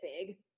big